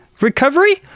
Recovery